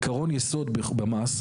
עקרון יסוד במס,